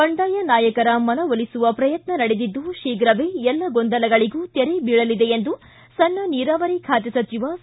ಬಂಡಾಯ ನಾಯಕರ ಮನವೊಲಿಸುವ ಶ್ರಋತ್ನ ನಡೆದಿದ್ದು ಶೀಘವೇ ಎಲ್ಲ ಗೊಂದಲಗಳಿಗೂ ತೆರೆ ಬಿಳಲಿದೆ ಎಂದು ಸಣ್ಣ ನೀರಾವರಿ ಖಾತೆ ಸಚಿವ ಸಿ